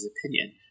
opinion